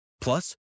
Plus